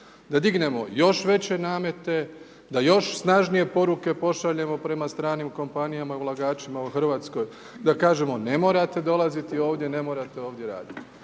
Da dignemo još veće namete, da još snažnije poruke pošaljemo prema stranim kompanijama i ulagačima u RH, da kažemo ne morate dolaziti ovdje, ne morate ovdje radite.